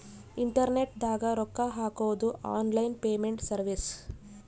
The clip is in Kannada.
ಇಂಟರ್ನೆಟ್ ದಾಗ ರೊಕ್ಕ ಹಾಕೊದು ಆನ್ಲೈನ್ ಪೇಮೆಂಟ್ ಸರ್ವಿಸ್